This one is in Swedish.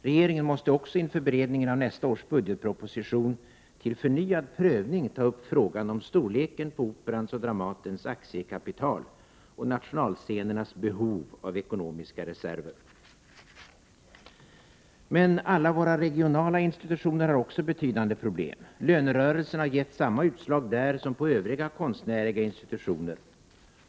Regeringen måste också inför beredningen av nästa års budgetproposition till förnyad prövning ta upp frågan om storleken på Operans och Dramatens aktiekapital och nationalscenernas behov av ekonomiska reserver. Men alla de regionala institutionerna har också betydande problem. Lönerörelsen har gett samma utslag där som på övriga konstnärliga institutioner.